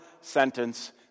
sentence